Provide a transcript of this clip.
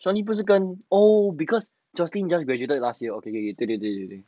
shuan yi 不是跟 oh because jocelyn just graduated last year okay okay 对对对对对